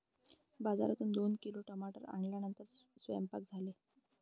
बाजारातून दोन किलो टमाटर आणल्यानंतर सेवन्पाक झाले